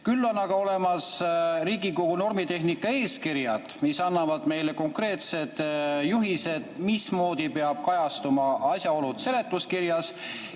Küll on aga olemas Riigikogu normitehnika eeskirjad, mis annavad meile konkreetsed juhised, mismoodi peavad kajastuma asjaolud seletuskirjas.